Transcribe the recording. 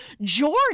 George